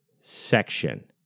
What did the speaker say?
section